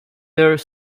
there